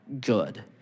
good